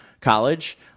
college